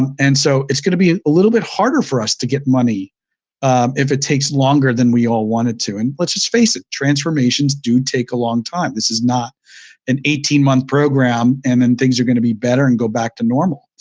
and so it's going to be a little bit harder for us to get money if it takes longer than we all want it to. and let's just face it, transformations do take a long time. this is not an eighteen month program and then things are going to be better and go back to normal.